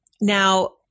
Now